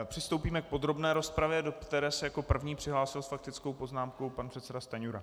Přistoupíme k podrobné rozpravě, do které se jako první přihlásil s faktickou poznámkou pan předseda Stanjura.